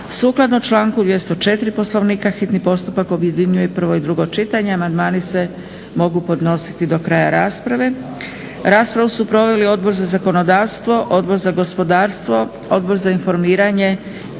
Sukladno članku 204. Poslovnika hitni postupak objedinjuje prvo i drugo čitanje, amandmani se mogu podnositi do kraja rasprave. Raspravu su proveli Odbor za zakonodavstvo, Odbor za gospodarstvo, Odbor za informiranje,